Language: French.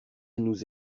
nous